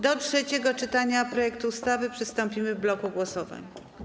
Do trzeciego czytania projektu ustawy przystąpimy w bloku głosowań.